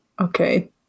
okay